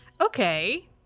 Okay